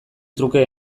truke